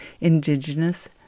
indigenous